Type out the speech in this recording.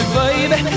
baby